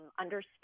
understand